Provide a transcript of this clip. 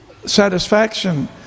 Satisfaction